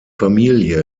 familie